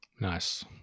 Nice